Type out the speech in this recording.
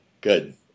Good